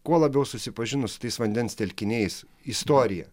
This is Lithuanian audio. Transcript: kuo labiau susipažinus su tais vandens telkiniais istorija